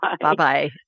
Bye-bye